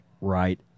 right